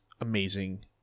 amazing